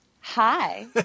Hi